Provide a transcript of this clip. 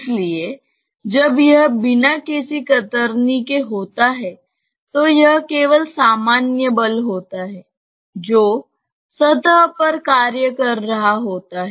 इसलिए जब यह बिना किसी कतरनी के होता है तो यह केवल सामान्य बल होता है जो सतह पर कार्य कर रहा होता है